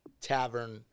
tavern